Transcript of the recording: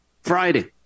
Friday